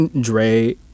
Dre